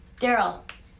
Daryl